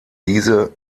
diese